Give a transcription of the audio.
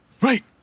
Right